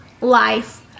life